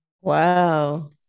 Wow